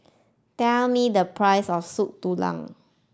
tell me the price of Soup Tulang